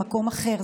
במקום אחר,